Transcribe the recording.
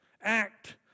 Act